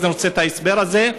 אז אני רוצה את ההסבר הזה.